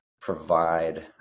provide